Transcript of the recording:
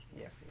Yes